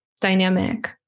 dynamic